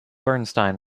bernstein